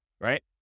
right